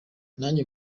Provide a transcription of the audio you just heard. nanjye